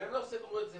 והם לא סדרו את זה.